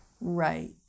Right